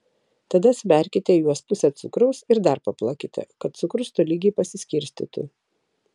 tada suberkite į juos pusę cukraus ir dar paplakite kad cukrus tolygiai pasiskirstytų